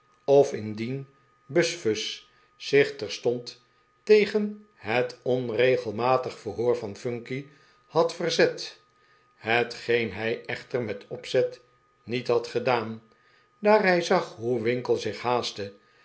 of indien buzfuz zich terstond tegen het onregelmatig verhoor van phunky had verzet hetgeen hij echter met opzet niet had gedaan daar hij zag hoe winkle zich haastte